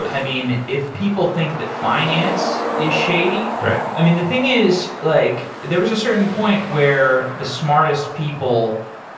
i mean, if people think that finance is shady i mean, the thing is like there is a certain point where the smartest people,